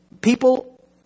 people